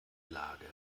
lage